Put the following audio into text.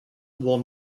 will